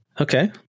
Okay